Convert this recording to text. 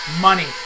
money